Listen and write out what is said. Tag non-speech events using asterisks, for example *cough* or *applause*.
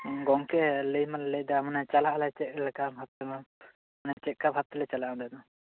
ᱜᱚᱝᱠᱮ ᱞᱟ ᱭ ᱢᱟᱞᱮ ᱞᱟ ᱭᱮᱫᱟ ᱢᱟᱱᱮ ᱪᱟᱞᱟᱜ ᱟᱞᱮ ᱪᱮᱫ ᱞᱮᱠᱟ *unintelligible* ᱢᱟᱱᱮ ᱪᱮᱫ ᱞᱮᱠᱟ ᱵᱷᱟᱵ ᱛᱮᱞᱮ ᱪᱟᱞᱟᱜ ᱟ ᱚᱱᱰᱮ ᱫᱚ